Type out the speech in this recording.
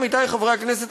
עמיתי חברי הכנסת,